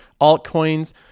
altcoins